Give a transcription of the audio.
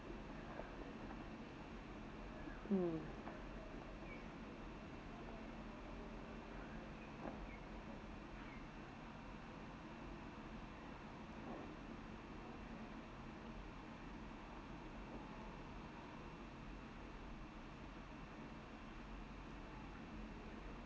mm